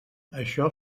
això